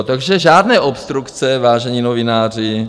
Takže žádné obstrukce, vážení novináři!